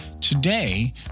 Today